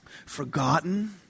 forgotten